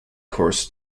course